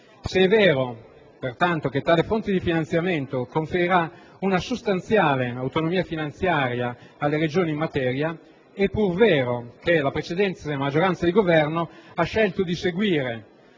Se è vero, pertanto, che tale fonte di finanziamento conferirà una sostanziale autonomia finanziaria alle Regioni in materia, è pur vero che la precedente maggioranza di Governo ha scelto di seguire